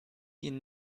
ihn